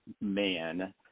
man